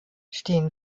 stehen